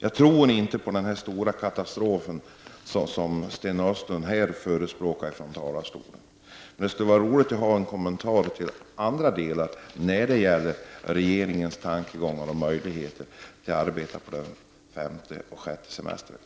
Jag tror inte på den stora katastrof som Sten Östlund talar om. Men det skulle vara roligt att få en kommentar till regeringens övriga tankegångar om möjligheterna att arbeta den femte och sjätte semesterveckan.